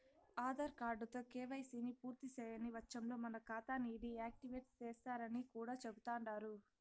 ఆదార్ కార్డుతో కేవైసీని పూర్తిసేయని వచ్చంలో మన కాతాని డీ యాక్టివేటు సేస్తరని కూడా చెబుతండారు